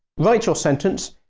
write your sentence,